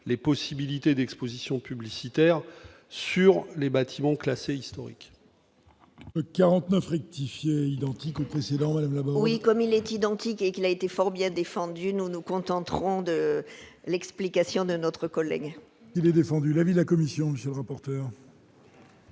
les possibilités d'Exposition publicitaire sur les bâtiments classés historiques. 49 rectifier identique au précédent, elle besoin. Comme il est identique, et qu'il a été fort bien défendu, nous nous contenterons de l'explication de notre collègue. Il est défendu l'avis de la Commission, monsieur rapporteur.